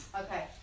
Okay